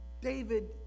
David